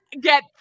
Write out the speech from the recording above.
get